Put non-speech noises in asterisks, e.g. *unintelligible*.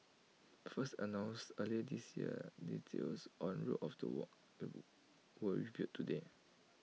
first announced earlier this year details on route of the walk *unintelligible* were revealed today